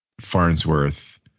farnsworth